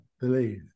Believe